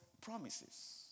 promises